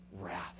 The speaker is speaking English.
wrath